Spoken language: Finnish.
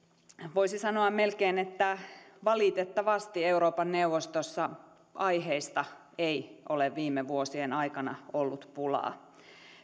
voisi sanoa melkein että valitettavasti euroopan neuvostossa aiheista ei ole viime vuosien aikana ollut pulaa